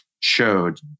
showed